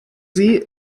sie